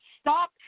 Stop